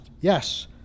yes